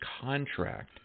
contract